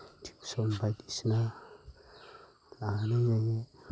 थिउसन बायदिसिना लाहोनाय जायो